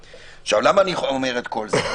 למה אני אומר את כל זה?